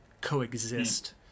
coexist